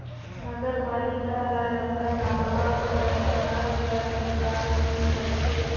नगरपालिका हर अपन आवक ल सहर कर बिकास में करथे